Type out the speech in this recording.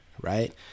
Right